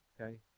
okay